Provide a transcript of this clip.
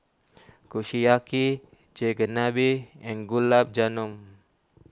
Kushiyaki Chigenabe and Gulab Jamun